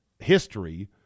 history